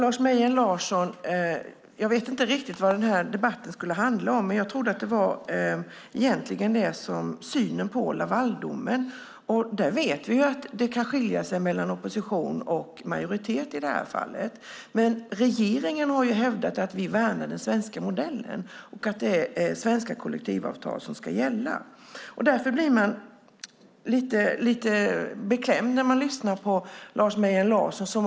Fru talman! Jag vet inte riktigt vad den här debatten skulle handla om, Lars Mejern Larsson. Jag trodde att det var synen på Lavaldomen. Vi vet att det kan skilja sig mellan opposition och majoritet i det här fallet. Regeringen har hävdat att vi värnar den svenska modellen och att det är svenska kollektivavtal som ska gälla. Därför blir man lite beklämd när man lyssnar på Lars Mejern Larsson.